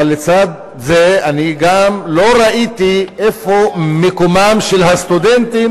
אבל לצד זה אני לא ראיתי איפה מקומם של הסטודנטים